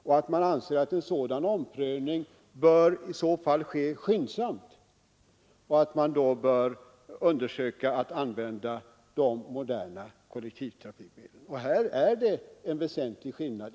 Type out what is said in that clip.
Utskottet anser att en sådan omprövning i så fall bör ske skyndsamt och att man då bör undersöka möjligheterna att använda de moderna kollektivtrafikmedlen. Här är det en väsentlig skillnad.